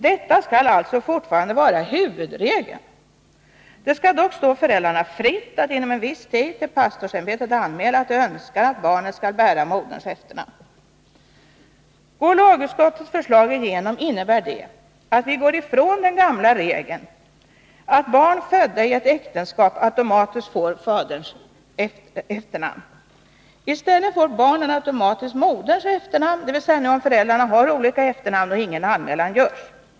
Detta skall alltså fortfarande vara huvudregeln. Det skall dock stå föräldrarna fritt att inom en viss tid till pastorsämbetet anmäla att de önskar att barnet skall bära moderns efternamn. Går lagutskottets förslag igenom innebär det att vi går ifrån den gamla regeln att barn födda i ett äktenskap automatiskt får faderns efternamn. I stället får barnen automatiskt moderns efternamn, dvs. om föräldrarna har olika efternamn och ingen anmälan görs.